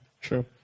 True